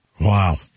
Wow